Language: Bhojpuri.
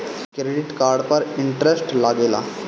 क्रेडिट कार्ड पर इंटरेस्ट लागेला?